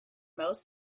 most